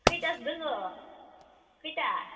खैथासो दङ खैथा